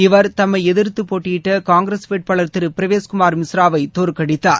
இவர் தம்மை எதி்த்து போட்டியிட்ட காங்கிரஸ் வேட்பாளர் திரு பிரவேஸ் குமார் மிஸ்ராவை தோற்கடித்தார்